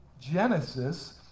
Genesis